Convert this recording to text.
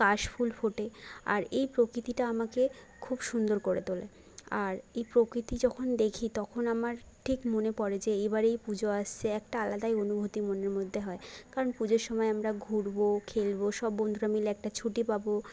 কাশ ফুল ফোটে আর এই প্রকৃতিটা আমাকে খুব সুন্দর করে তোলে আর এই প্রকৃতি যখন দেখি তখন আমার ঠিক মনে পড়ে যে এইবারেই পুজো আসছে একটা আলাদাই অনুভূতি মনের মধ্যে হয় কারণ পুজোর সময় আমরা ঘুরবো খেলবো সব বন্ধুরা মিলে একটা ছুটি পাবো